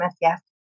yes